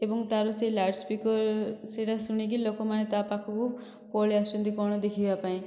ଏବଂ ତା'ର ସେହି ଲାଉଡ଼୍ସ୍ପିକର୍ ସେଟା ଶୁଣିକି ଲୋକମାନେ ତା ପାଖକୁ ପଳାଇ ଆସୁଛନ୍ତି କଣ ଦେଖିବା ପାଇଁ